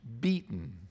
beaten